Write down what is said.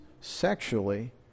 sexually